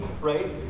right